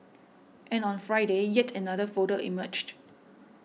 and on Friday yet another photo emerged